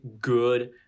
good